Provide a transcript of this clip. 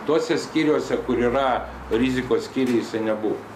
tuose skyriuose kur yra rizikos skyriai jisai nebuvo